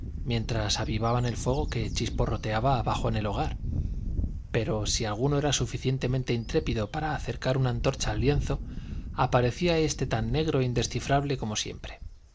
mientras avivaban el fuego que chisporroteaba abajo en el hogar pero si alguno era suficientemente intrépido para acercar una antorcha al lienzo aparecía éste tan negro e indescifrable como siempre